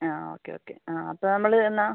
ആ okay okay ആ അപ്പോൾ നമ്മള് എന്നാൽ